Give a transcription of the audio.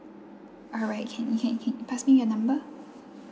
alright can you can can pass me your number